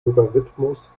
logarithmus